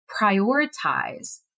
prioritize